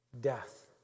death